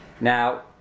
Now